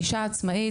אישה עצמאית,